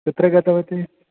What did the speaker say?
कुत्र गतवती